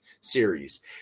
series